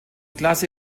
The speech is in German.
klasse